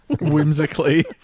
whimsically